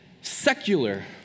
secular